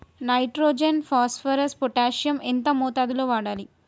Nitrogen phosphorus potassium ఎంత మోతాదు లో వాడాలి?